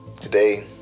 today